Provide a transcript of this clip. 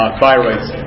thyroids